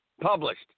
published